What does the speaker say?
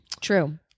True